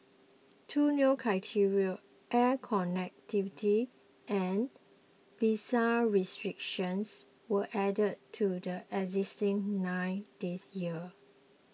two new criteria air connectivity and visa restrictions were added to the existing nine this year